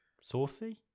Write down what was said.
saucy